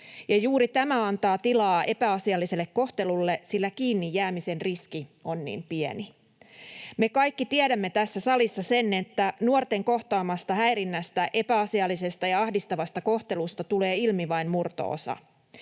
juuri tämä antaa tilaa epäasialliselle kohtelulle, sillä kiinnijäämisen riski on niin pieni. Me kaikki tiedämme tässä salissa sen, että nuorten kohtaamasta häirinnästä, epäasiallisesta ja ahdistavasta kohtelusta tulee ilmi vain murto-osa.